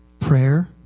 prayer